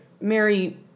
Mary